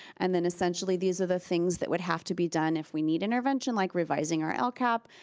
and then essentially these are the things that would have to be done if we need intervention, like revising our lcap,